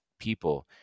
people